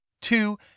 two